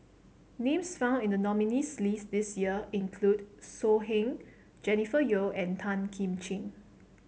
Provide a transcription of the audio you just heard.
names found in the nominees' list this year include So Heng Jennifer Yeo and Tan Kim Ching